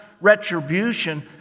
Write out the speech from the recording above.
retribution